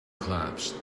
collapsed